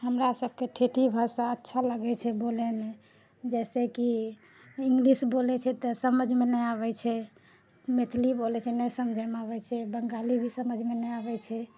हमरा सबकऽ ठेठी भाषा अच्छा लागै छै बोलैमे जइसे कि इंग्लिश बोलै छै तऽ समझमे नइँ आबै छै मैथिली बोलै छै नइँ समझैमे आबै छै बङ्गाली भी समझमे नइँ आबै छै